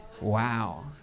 Wow